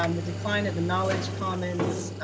um the decline of the knowledge commons.